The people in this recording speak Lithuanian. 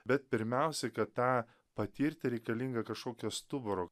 bet pirmiausia kad tą patirti reikalinga kažkokio stuburo